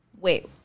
Wait